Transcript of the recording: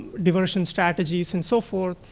diversion strategies, and so forth?